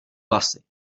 vlasy